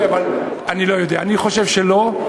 אני לא יודע, אני חושב שלא.